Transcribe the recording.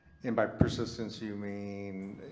and by persistence you mean.